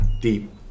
deep